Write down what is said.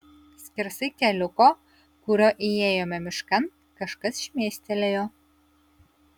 skersai keliuko kuriuo įėjome miškan kažkas šmėstelėjo